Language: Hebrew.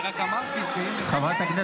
התגעגענו אליהם, לתומכי